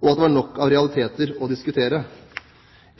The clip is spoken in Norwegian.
og at det var nok av realiteter å diskutere.